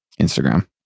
instagram